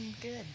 good